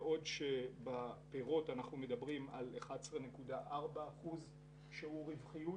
בעוד שבפירות אנחנו מדברים על 11.4 אחוזים שיעור רווחיות,